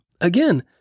Again